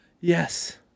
yes